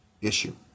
issue